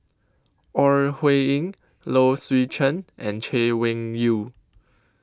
Ore Huiying Low Swee Chen and Chay Weng Yew